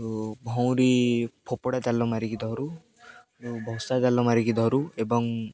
ତ ଭଉଁରୀ ଫୋପଡ଼ା ଜାଲ ମାରିକି ଧରୁ ଭସା ଜାଲ ମାରିକି ଧରୁ ଏବଂ